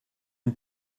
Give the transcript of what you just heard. une